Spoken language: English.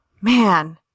man